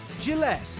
Gillette